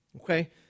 Okay